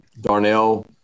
Darnell